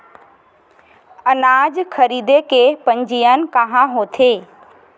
अनाज खरीदे के पंजीयन कहां होथे?